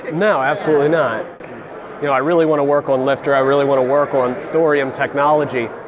no. absolutely not. you know i really want to work on lftr. i really want to work on thorium technology.